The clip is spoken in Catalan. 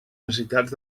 necessitats